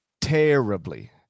terribly